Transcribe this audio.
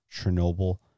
Chernobyl